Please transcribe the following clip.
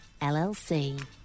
LLC